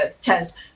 test